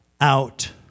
out